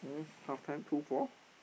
halftime two four